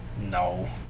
No